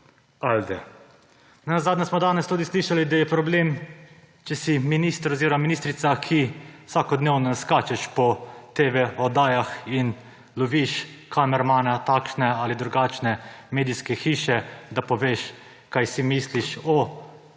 Ne nazadnje smo danes tudi slišali, da je problem, če si minister oziroma ministrica, ki vsakodnevno skačeš po TV-oddajah in loviš kamermane takšne ali drugačne medijske hiše, da poveš, kaj si misliš o